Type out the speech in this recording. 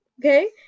Okay